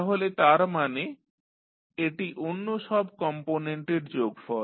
তাহলে তার মানে এটি অন্য সব কম্পোনেন্টের যোগফল